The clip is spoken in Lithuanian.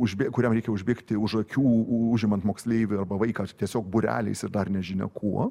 už bė kuriam reikia užbėgti už akių u užimant moksleivį arba vaiką tiesiog būreliais ir dar nežinia kuo